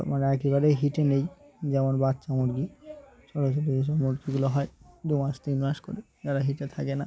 মানে একেবারেই হিটে নেই যেমন বাচ্চা মুরগি ছোট ছোট যেসব মুরগিগুলো হয় দু মাস তিন মাস করে যারা হিটে থাকে না